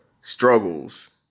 struggles